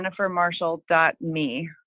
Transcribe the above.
jennifermarshall.me